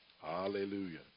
Hallelujah